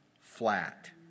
flat